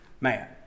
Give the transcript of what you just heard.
Man